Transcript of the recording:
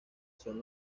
son